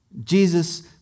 Jesus